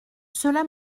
cela